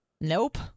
Nope